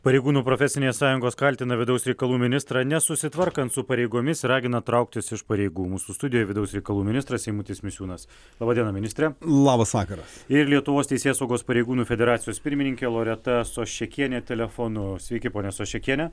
pareigūnų profesinės sąjungos kaltina vidaus reikalų ministrą nesusitvarkant su pareigomis ragina trauktis iš pareigų mūsų studijoj vidaus reikalų ministras eimutis misiūnas laba diena ministre labas vakaras ir lietuvos teisėsaugos pareigūnų federacijos pirmininkė loreta soščekienė telefonu sveiki ponia soščekiene